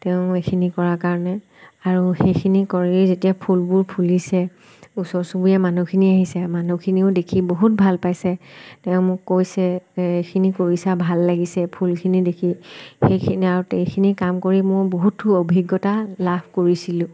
তেওঁ এইখিনি কৰাৰ কাৰণে আৰু সেইখিনি কৰি যেতিয়া ফুলবোৰ ফুলিছে ওচৰ চুবুৰীয়া মানুহখিনি আহিছে মানুহখিনিও দেখি বহুত ভাল পাইছে তেওঁ মোক কৈছে এইখিনি কৰিছা ভাল লাগিছে ফুলখিনি দেখি সেইখিনি আৰু এইখিনি কাম কৰি মোৰ বহুতো অভিজ্ঞতা লাভ কৰিছিলোঁ